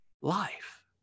life